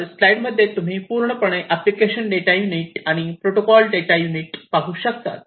वर स्लाईड मध्ये तुम्ही संपूर्णपणे अॅप्लिकेशन डेटा युनिट आणि प्रोटोकॉल डेटा युनिट पाहू शकतात